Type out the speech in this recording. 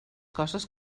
coses